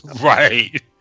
Right